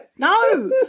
No